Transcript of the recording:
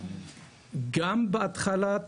גם בהתחלה,